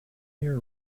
here